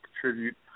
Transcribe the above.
contribute